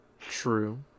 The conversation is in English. True